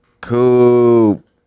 Coop